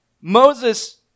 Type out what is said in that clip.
Moses